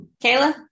Kayla